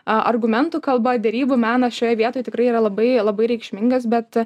argumentų kalba derybų menas šioje vietoj tikrai yra labai labai reikšmingas bet